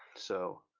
so,